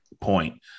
point